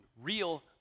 real